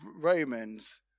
Romans